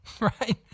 right